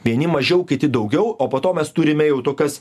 vieni mažiau kiti daugiau o po to mes turime jau tokias